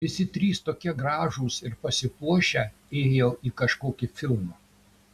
visi trys tokie gražūs ir pasipuošę ėjo į kažkokį filmą